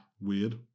weird